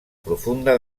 profunda